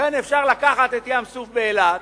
לכן אפשר לקחת את ים-סוף באילת,